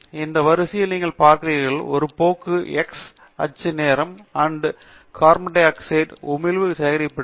இந்த வரிசையில் நீங்கள் பார்க்கிறீர்கள் ஒரு போக்கு இருக்கிறது x அச்சு நேரம் இது ஆண்டு கார்பன் டை ஆக்சைடு உமிழ்வு சேகரிக்கப்பட்டது